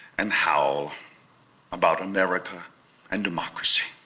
and howl about america and democracy.